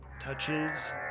touches